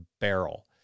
barrel